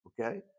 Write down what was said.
okay